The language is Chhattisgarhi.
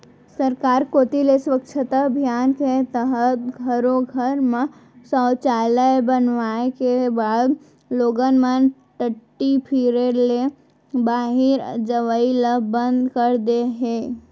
सरकार कोती ले स्वच्छता अभियान के तहत घरो घर म सौचालय बनाए के बाद लोगन मन टट्टी फिरे ल बाहिर जवई ल बंद कर दे हें